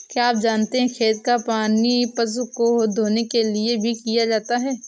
क्या आप जानते है खेत का पानी पशु को धोने के लिए भी किया जाता है?